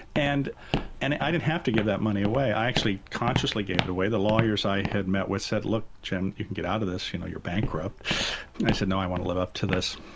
and and i didn't have to give that money away, i actually consciously gave it away. the lawyers i had met with said look jim you can get out of this you know you're bankrupt and i said no, i want to live up to this.